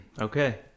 Okay